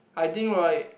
I think right